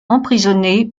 emprisonné